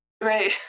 Right